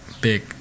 big